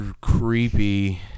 creepy